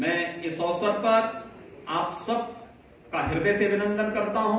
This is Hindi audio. मैं इस अवसर पर आप सबका हृदय से अभिनंदन करता हूं